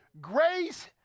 grace